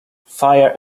fire